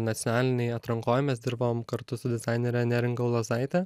nacionalinėj atrankoj mes dirbom kartu su dizainere neringa ulozaite